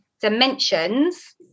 dimensions